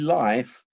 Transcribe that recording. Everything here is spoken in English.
life